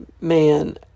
Man